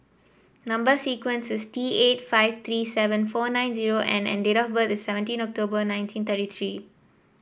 number sequence is T eight five three seven four nine zero N and date of birth is seventeen October nineteen thirty three